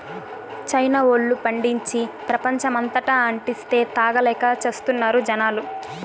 China వోల్లు పండించి, ప్రపంచమంతటా అంటిస్తే, తాగలేక చస్తున్నారు జనాలు